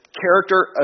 character